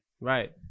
Right